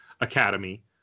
academy